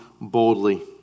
boldly